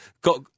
got